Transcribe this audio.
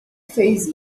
fez